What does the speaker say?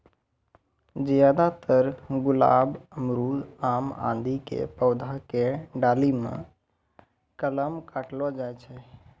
ज्यादातर गुलाब, अमरूद, आम आदि के पौधा के डाली मॅ कलम काटलो जाय छै